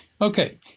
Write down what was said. Okay